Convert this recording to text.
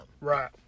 Right